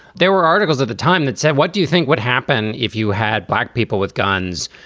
there were articles at the time that said, what do you think would happen if you had black people with guns,